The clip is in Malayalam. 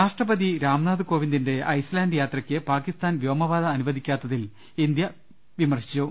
രാഷ്ട്രപതി രാംനാഥ് കോവിന്ദിന്റെ ഐസ്ലാൻഡ് യാത്രയ്ക്ക് പാക്കിസ്ഥാൻ വ്യോമപാത അനുവദിക്കാത്തതിൽ ഇന്ത്യ വിമർശിച്ചു